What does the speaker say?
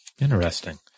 Interesting